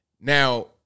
Now